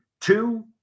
two